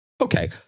Okay